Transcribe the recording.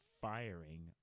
firing